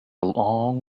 long